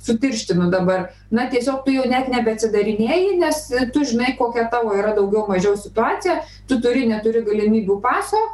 sutirštinu dabar na tiesiog tu jau net nebeatsidarinėji nes tu žinai kokia tavo yra daugiau mažiau situacija tu turi neturi galimybių paso